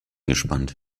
gespannt